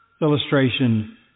illustration